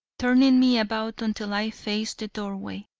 turning me about until i faced the doorway,